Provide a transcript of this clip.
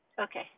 Okay